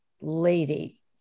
lady